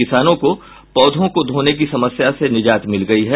किसानों को पौधों को धोने की समस्या से निजात मिल गयी है